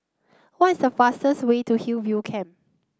why is the fastest way to Hillview Camp